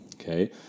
Okay